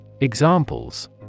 Examples